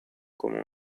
come